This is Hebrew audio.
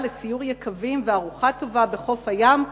לסיור יקבים וארוחה טובה בחוף הים,